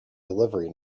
delivery